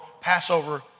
Passover